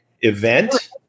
event